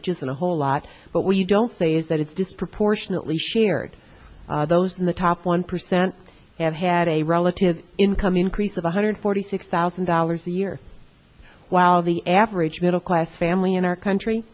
which isn't a whole lot but what you don't say is that it's disproportionately shared those in the top one percent have had a relative income increase of one hundred forty six thousand dollars a year while the average middle class family in our country